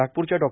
नागपूरच्या डॉ